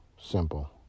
simple